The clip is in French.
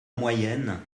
moyenne